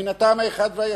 מן הטעם האחד והיחיד: